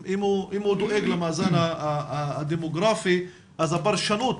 אם הוא דואג למאזן הדמוגרפי, אז הפרשנות